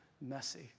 messy